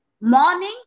Morning